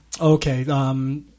Okay